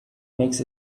makes